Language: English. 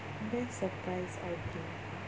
best surprise I give